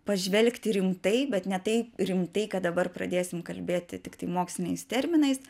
pažvelgti rimtai bet ne taip rimtai kad dabar pradėsim kalbėti tiktai moksliniais terminais